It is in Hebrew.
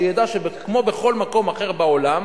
שידע שכמו בכל מקום אחר בעולם,